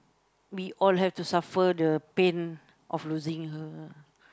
we all have to suffer the pain of losing her